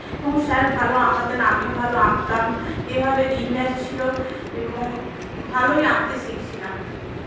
এবং স্যার ভালো আঁকাতেন আমিও ভালো আঁকতাম এইভাবে দিন যাচ্ছিল এবং ভালোই আঁকতে শিখছিলাম